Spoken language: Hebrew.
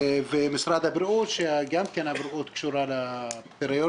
ומשרד הבריאות שגם כן הבריאות קשורה לפריון.